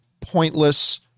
pointless